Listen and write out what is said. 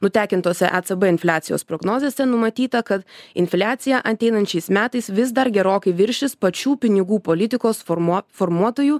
nutekintuose ecb infliacijos prognozėse numatyta kad infliacija ateinančiais metais vis dar gerokai viršys pačių pinigų politikos formuo formuotojų